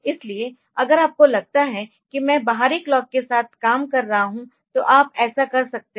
इसलिए अगर आपको लगता है कि मैं बाहरी क्लॉक के साथ काम कर रहा हूं तो आप ऐसा कर सकते है